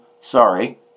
sorry